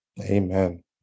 amen